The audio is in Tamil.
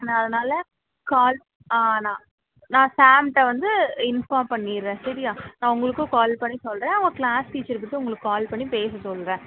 நான் அதுனால கால் ஆனால் நான் ஷாம்கிட்ட வந்து இன்ஃபார்ம் பண்ணிடுறேன் சரியா நான் உங்களுக்கும் கால் பண்ணி சொல்லுறேன் அவன் க்ளாஸ் டீச்சர் கிட்ட உங்களுக்கு கால் பண்ணி பேச சொல்லுறேன்